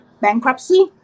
bankruptcy